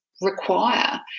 require